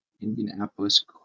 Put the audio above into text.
Indianapolis